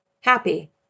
Happy